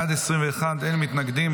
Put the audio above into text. בעד, 21, אין מתנגדים.